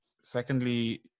secondly